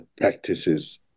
practices